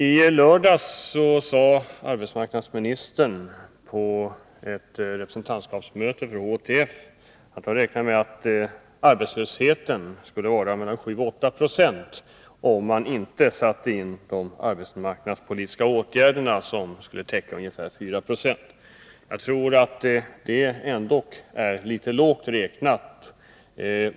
I lördags sade arbetsmarknadsministern på ett representantskapsmöte inom HTF, att man räknade med att arbetslösheten skulle varit mellan 7 och 8 26 om man inte hade satt in de arbetsmarknadspolitiska åtgärderna, som skulle täcka ungefär 4 96. Jag tror att det är för lågt räknat.